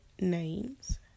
names